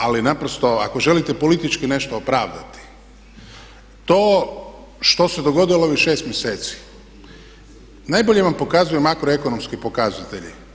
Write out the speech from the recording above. Ali naprosto, ako želite politički nešto opravdati to što se dogodilo u ovih 6 mjeseci najbolje vam pokazuju makroekonomski pokazatelji.